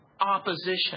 opposition